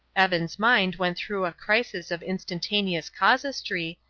evan's mind went through a crisis of instantaneous casuistry,